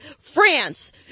France